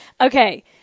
okay